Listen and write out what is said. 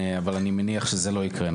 אבל אני מניח שזה לא יקרה,